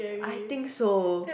I think so